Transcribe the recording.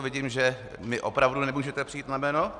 Vidím, že mi opravdu nemůžete přijít na jméno.